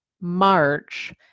March